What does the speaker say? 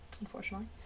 Unfortunately